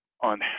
on